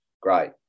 great